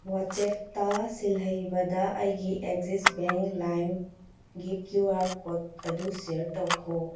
ꯋꯥꯆꯦꯞꯇ ꯁꯤꯜꯍꯩꯕꯗ ꯑꯩꯒꯤ ꯑꯦꯛꯖꯤꯁ ꯕꯦꯡ ꯂꯥꯏꯝꯒꯤ ꯀ꯭ꯌꯨ ꯑꯥꯔ ꯀꯣꯠ ꯑꯗꯨ ꯁꯤꯌꯥꯔ ꯇꯧꯈꯣ